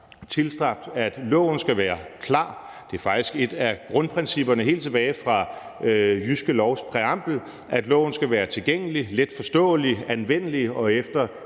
tilstræbt, at loven skal være klar. Det er faktisk et af grundprincipperne helt tilbage fra Jyske Lovs præambel, at loven skal være tilgængelig, letforståelig, anvendelig og efter